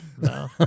No